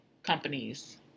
Companies